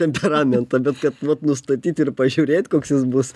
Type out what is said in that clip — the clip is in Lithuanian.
temperamentą bet kad vat nustatyt ir pažiūrėt koks jis bus